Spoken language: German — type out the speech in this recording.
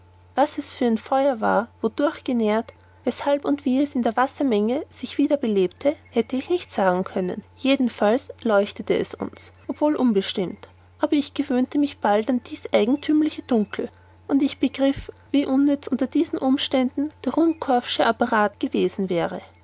was es für ein feuer war wodurch genährt weshalb und wie es in der wassermasse sich wieder belebte hätte ich nicht sagen können jedenfalls leuchtete es uns obwohl unbestimmt aber ich gewöhnte mich bald an dies eigenthümliche dunkel und ich begriff wie unnütz unter diesen umständen der ruhmkorff'sche apparat gewesen wäre